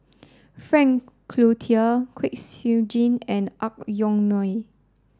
Frank Cloutier Kwek Siew Jin and Ang Yoke Mooi